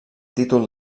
títol